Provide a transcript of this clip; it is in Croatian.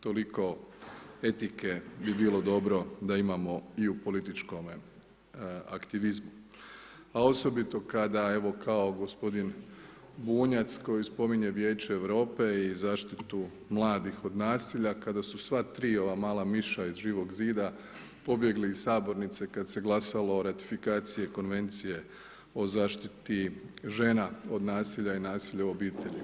Tolik etike bi bilo dobro da imamo i u političkome aktivizmu a osobito kada evo kao gospodin Bunjac koji spominje Vijeće Europe i zaštitu mladih od nasilja, kada sva tri ova mala miša iz Živog zida pobjegli iz sabornice kad se glasalo o ratifikaciji Konvenciji o zaštiti žena od nasilja i nasilja u obitelji.